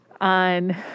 on